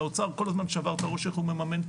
והאוצר כל הזמן שבר את הראש איך הוא מממן את